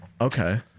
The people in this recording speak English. Okay